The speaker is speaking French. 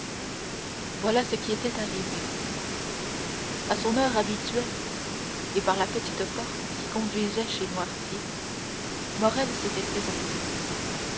voici ce qui était arrivé à son heure habituelle et par la petite porte qui conduisait chez noirtier morrel s'était présenté